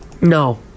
no